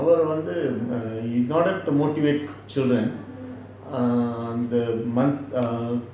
அவரு வந்து:avaru vanthu in order to motivate children err the month err